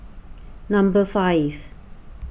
number five